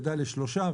גדל לשלושה,